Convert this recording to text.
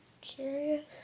Curious